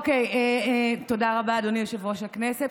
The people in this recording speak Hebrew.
אוקיי, תודה רבה, אדוני יושב-ראש הכנסת.